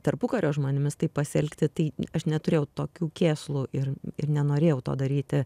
tarpukario žmonėmis taip pasielgti tai aš neturėjau tokių kėslų ir ir nenorėjau to daryti